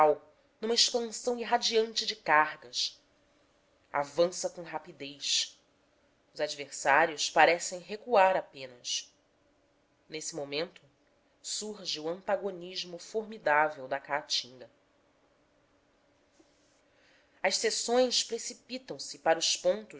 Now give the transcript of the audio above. numa expansão irradiante de cargas avança com rapidez os adversários parecem recuar apenas nesse momento surge o antagonismo formidável da caatinga as seções precipitam se para os